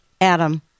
Adam